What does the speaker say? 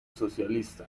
socialista